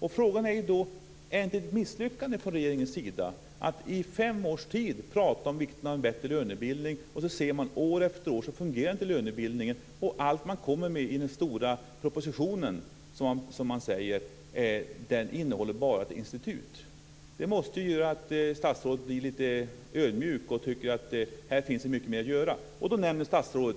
Men frågan är då: Är det inte ett misslyckande från regeringens sida att man i fem års tid talar om vikten av bättre lönebildning, när man år efter år ser att lönebildningen inte fungerar, och allt man kommer med i den stora propositionen, som man säger, bara är ett institut? Det måste göra att statsrådet blir lite ödmjuk och tycker att det här finns mycket mer att göra. Statsrådet nämner